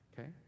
Okay